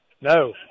No